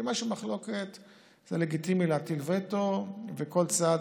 כי מה שבמחלוקת זה לגיטימי להטיל וטו, וכל צד